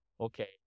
okay